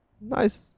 nice